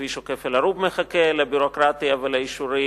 כביש עוקף אל-ערוב מחכה לביורוקרטיה ולאישורים,